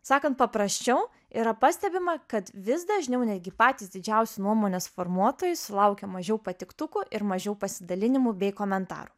sakan paprasčiau yra pastebima kad vis dažniau netgi patys didžiausi nuomonės formuotojai sulaukia mažiau patiktukų ir mažiau pasidalinimų bei komentarų